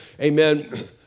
Amen